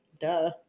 Duh